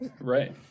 Right